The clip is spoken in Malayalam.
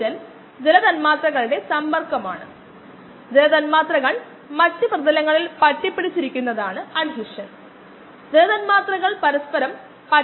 26 mM അതിനാൽ ഇതിൽ നിന്ന് നമുക്ക് vm km എന്നിവ കണ്ടെത്താനാകും ലളിതമായ കാര്യം v 1 ന്റെ 1 ന്റെ വിപരീതമാണ് 1